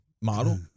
model